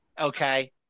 okay